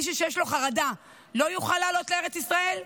מישהו שיש לו חרדה לא יוכל לעלות לארץ ישראל?